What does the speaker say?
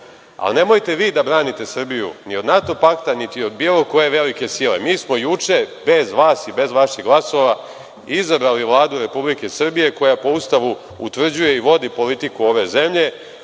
ali nemojte vi da branite Srbiju ni od NATO pakta, niti od bilo koje velike sile. Mi smo juče bez vas i bez vaših glasova izabrali Vladu Republike Srbije koja po Ustavu utvrđuje i vodi politiku ove zemlje,